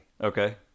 Okay